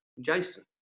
Jason